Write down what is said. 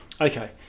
Okay